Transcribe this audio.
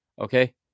Okay